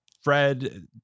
Fred